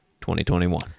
2021